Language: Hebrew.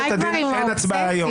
אין הצבעה היום.